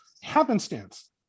happenstance